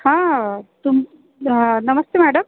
हं तुम अं नमस्ते मॅडम